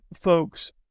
folks